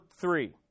three